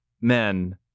men